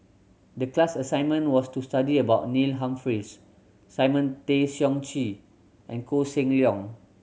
the class assignment was to study about Neil Humphreys Simon Tay Seong Chee and Koh Seng Leong